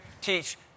teach